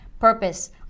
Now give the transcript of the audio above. purpose